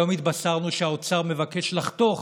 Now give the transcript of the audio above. היום התבשרנו שהאוצר מבקש לחתוך